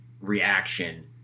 reaction